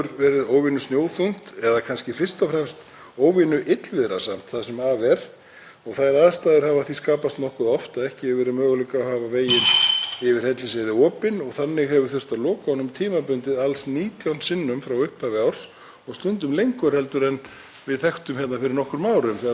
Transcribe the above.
yfir Hellisheiði opinn og það hefur þurft að loka honum tímabundið alls 19 sinnum frá upphafi árs og stundum lengur heldur en við þekktum hérna fyrir nokkrum árum þegar lægðirnar gengur hraðar yfir og svo kom logn og hægt var að moka. Nú hafa veður staðið yfir í meira en sólarhring, jafnvel á annan sólarhring.